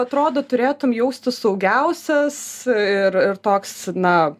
atrodo turėtum jaustis saugiausias ir ir toks na